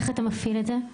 איך אתה מפעיל את זה?